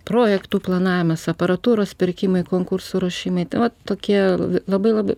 projektų planavimas aparatūros pirkimai konkursų ruošimai va tokie labai labai